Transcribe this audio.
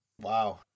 Wow